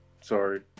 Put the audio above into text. sorry